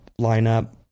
lineup